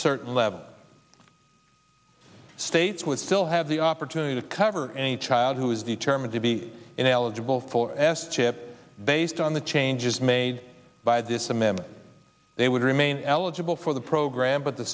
certain level states would still have the opportunity to cover any child who is determined to be ineligible for asked chip based on the changes made by this amendment they would remain eligible for the program but the